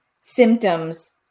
symptoms